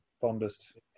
fondest